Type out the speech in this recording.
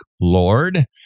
Lord